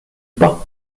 pas